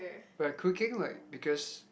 we're cooking like because